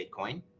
bitcoin